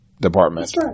department